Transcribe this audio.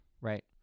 right